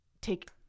take